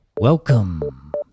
Welcome